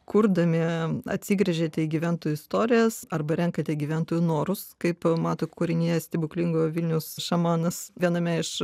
kurdami atsigręžėte į gyventojų istorijas arba renkate gyventojų norus kaip mato kūrinyje stebuklingojo vilnius šamanas viename iš